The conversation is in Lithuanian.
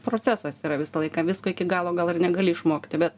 procesas yra visą laiką visko iki galo gal ir negali išmokti bet